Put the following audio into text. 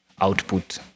output